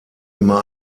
immer